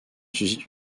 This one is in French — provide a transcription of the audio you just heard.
suscite